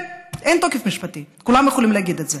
כן, אין תוקף משפטי, כולם יכולים להגיד את זה,